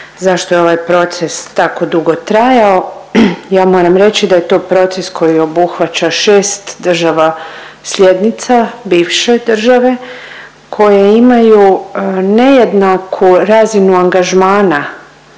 zašto je ovaj proces tako dugo trajao. Ja moram reći da je to proces koji obuhvaća 6 država slijednica bivše države koje imaju nejednaku razinu angažmana